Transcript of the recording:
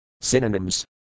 Synonyms